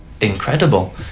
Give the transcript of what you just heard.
incredible